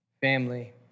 Family